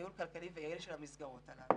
של המסגרות האלו.